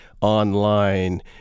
online